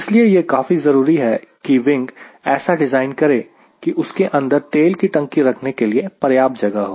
इसलिए यह काफी जरूरी है की रिंग ऐसा डिज़ाइन करें कि उसके अंदर तेल की टंकी रखने के लिए पर्याप्त जगह हो